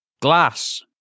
glass